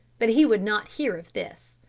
but he would not hear of this,